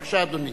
בבקשה, אדוני.